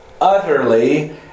utterly